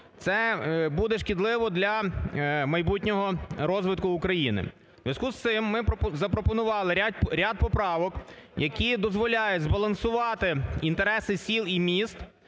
це буде шкідливо для майбутнього розвитку України. У зв'язку з цим ми запропонували ряд поправок, які дозволяють збалансувати інтереси сіл і міст,